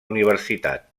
universitat